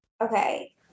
okay